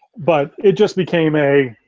but it just became a.